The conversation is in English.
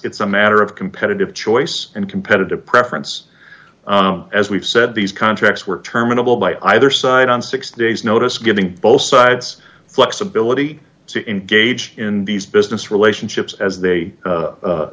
it's a matter of competitive choice and competitive preference as we've said these contracts were terminable by either side on six days notice giving both sides flexibility to engage in these business relationships as they